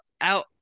out